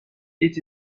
est